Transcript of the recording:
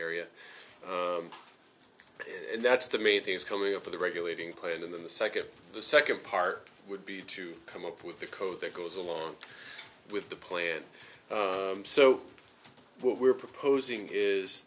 area and that's the main thing is coming up with a regulating plane and then the second the second part would be to come up with the code that goes along with the plan so what we're proposing is